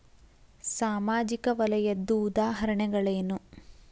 ಸಾಮಾಜಿಕ ವಲಯದ್ದು ಉದಾಹರಣೆಗಳೇನು?